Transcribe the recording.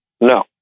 No